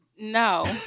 No